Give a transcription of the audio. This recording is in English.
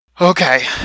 Okay